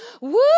Woo